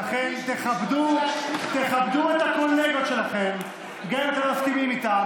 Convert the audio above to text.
ולכן תכבדו את הקולגות שלכם גם אם אתם